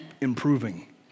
improving